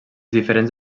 diferents